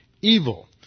evil